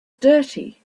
dirty